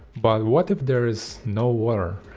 but what if there is no water?